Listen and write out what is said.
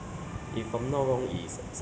I_T_E college central